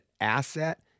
asset